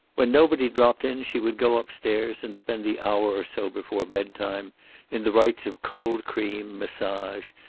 when nobody dropped in she would go upstairs and spend the hour or so before bedtime in the rites of cold cream, massage,